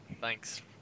thanks